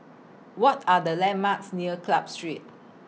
What Are The landmarks near Club Street